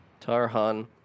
Tarhan